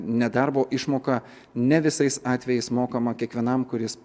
nedarbo išmoka ne visais atvejais mokama kiekvienam kuris